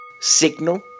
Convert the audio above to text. signal